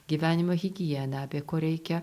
gyvenimo higieną apie ko reikia